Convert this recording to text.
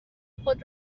خود